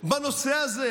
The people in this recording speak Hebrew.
בנושא הזה.